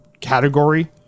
category